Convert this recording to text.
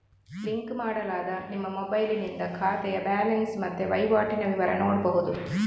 link ಮಾಡಲಾದ ನಿಮ್ಮ ಮೊಬೈಲಿನಿಂದ ಖಾತೆಯ ಬ್ಯಾಲೆನ್ಸ್ ಮತ್ತೆ ವೈವಾಟಿನ ವಿವರ ನೋಡ್ಬಹುದು